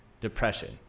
depression